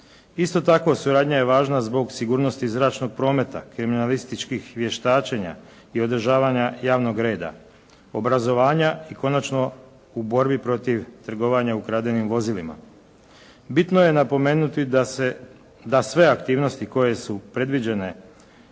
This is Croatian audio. Isto tako suradnja je važna zbog sigurnosti zračnog prometa, kriminalističkih vještačenja i održavanja javnog reda, obrazovanja i konačno u borbi protiv trgovanja ukradenim vozilima. Bitno je napomenuti da sve aktivnosti koje su predviđene